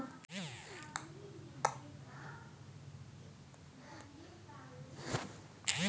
ओन केर थ्रेसिंग प्रक्रिया मे निकलल भुस्सा माल जालक चारा केर रूप मे प्रयुक्त होइ छै